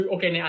Okay